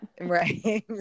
Right